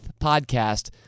podcast